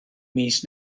mis